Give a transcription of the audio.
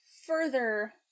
further